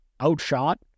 outshot